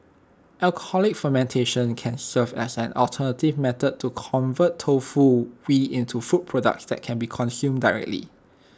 alcoholic fermentation can serve as an alternative method to convert tofu whey into food products that can be consumed directly